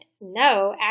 No